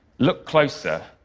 look closer,